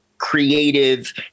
creative